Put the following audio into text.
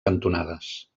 cantonades